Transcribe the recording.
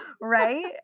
Right